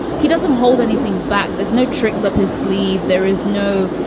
he doesn't hold anything back. there's no tricks up his sleeve. there is no.